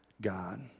God